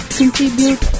contribute